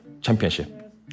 championship